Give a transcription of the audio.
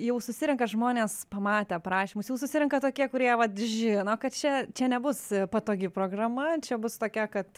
jau susirenka žmonės pamatę aprašymus jau susirenka tokie kurie vat žino kad čia čia nebus patogi programa čia bus tokia kad